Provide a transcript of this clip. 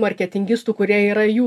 marketingistų kurie yra jų